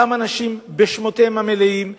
אותם אנשים בשמותיהם המלאים,